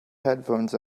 headphones